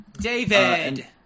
david